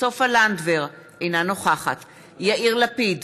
סופה לנדבר, אינה נוכחת יאיר לפיד,